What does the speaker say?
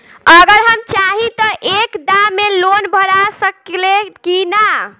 अगर हम चाहि त एक दा मे लोन भरा सकले की ना?